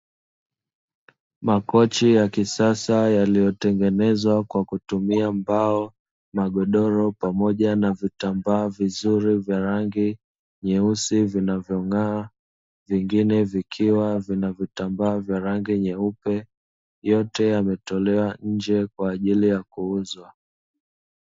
Makochi ya kisasa yaliyotengenezwa kwa kutumia mbao magodoro pamoja na vitambaa vizuri vya rangi nyeusi, vinavyong'aa vingine vikiwa na vitambaa vya rangi nyeupe yote yametolewa nje kwaajili ya kuuzwa.